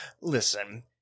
listen